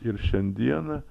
ir šiandieną